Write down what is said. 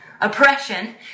oppression